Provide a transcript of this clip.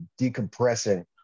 decompressing